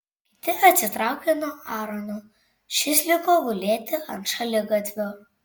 kiti atsitraukė nuo aarono šis liko gulėti ant šaligatvio